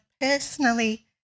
personally